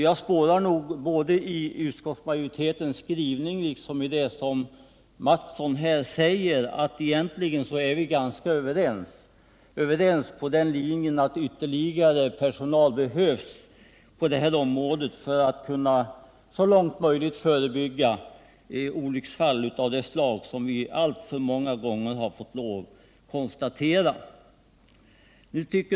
Jag spårar både i utskottsmajoritetens skrivning och i det som Kjell Mattsson här säger att vi egentligen är ganska ense om att ytterligare personal behövs på detta område för att man skall kunna så långt som möjligt förebygga olycksfall av det slag som vi alltför många gånger har fått lov att konstatera har inträffat.